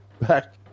back